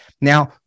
Now